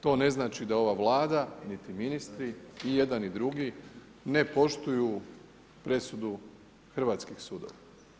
To ne znači da ova Vlada niti ministri i jedan i drugi ne poštuju presudu hrvatskih sudova.